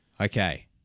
Okay